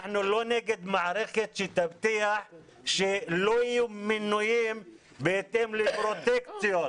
אנחנו לא נגד מערכת שתבטיח שלא יהיו מינויים בהתאם לפרוטקציות,